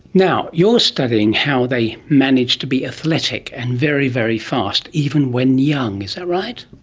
now, you are studying how they manage to be athletic and very, very fast, even when young, is that right?